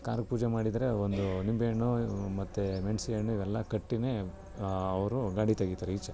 car ಪೂಜೆ ಮಾಡಿದರೆ ಒಂದು ನಿಂಬೆಹಣ್ಣು ಮತ್ತು ಮೆಣ್ಸಿನಹಣ್ಣು ಇವೆಲ್ಲ ಕಟ್ಟಿಯೇ ಅವರು ಗಾಡಿ ತೆಗಿತಾರೆ ಈಚೆ